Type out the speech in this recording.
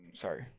sorry